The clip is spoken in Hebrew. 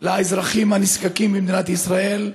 לאזרחים הנזקקים במדינת ישראל.